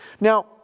Now